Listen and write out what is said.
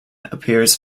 appears